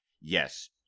yes